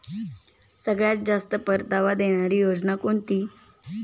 सगळ्यात जास्त परतावा देणारी योजना कोणती?